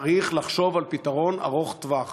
צריך לחשוב על פתרון ארוך טווח.